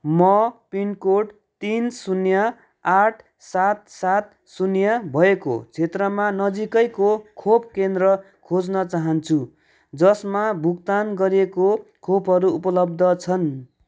म पिनकोड तिन शून्य आठ सात सात शून्य भएको क्षेत्रमा नजिकैको खोप केन्द्र खोज्न चाहन्छु जसमा भुक्तान गरिएको खोपहरू उपलब्ध छन्